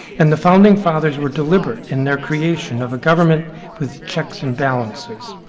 and the founding fathers were deliberate in their creation of a government with checks and balances.